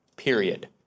Period